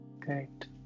Correct